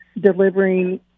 delivering